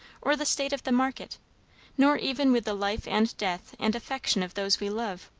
or the state of the market nor even with the life and death and affection of those we love.